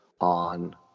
on